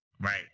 Right